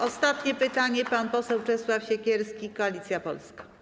Ostatnie pytanie zada pan poseł Czesław Siekierski, Koalicja Polska.